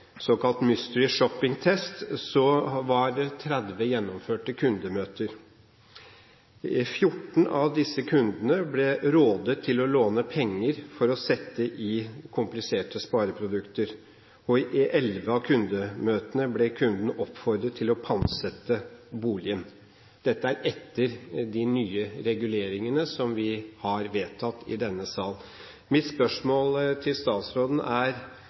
å sette dem i kompliserte spareprodukter. I elleve av kundemøtene ble kundene oppfordret til å pantsette boligen. Dette er etter de nye reguleringene som vi har vedtatt i denne sal. Mitt spørsmål til statsråden er